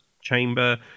chamber